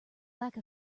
like